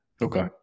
okay